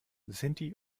sinti